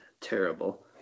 terrible